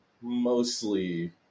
Mostly